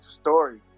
story